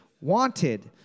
wanted